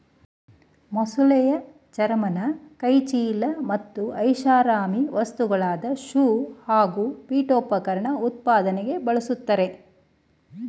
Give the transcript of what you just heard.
ಮೊಸಳೆ ಚರ್ಮನ ಕೈಚೀಲ ಮತ್ತು ಐಷಾರಾಮಿ ವಸ್ತುಗಳಾದ ಶೂ ಹಾಗೂ ಪೀಠೋಪಕರಣ ಉತ್ಪಾದನೆಗೆ ಬಳುಸ್ತರೆ